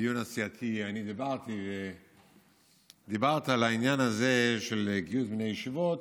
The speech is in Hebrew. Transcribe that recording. בדיון הסיעתי דיברת על העניין הזה של גיוס בני ישיבות.